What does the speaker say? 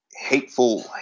hateful